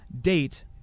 date